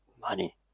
money